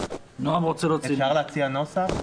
אני רוצה להציע נוסח.